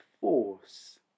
force